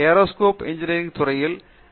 aerospace engineering துறையில் M